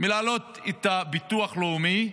מלהעלות את הביטוח הלאומי,